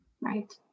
Right